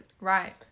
Right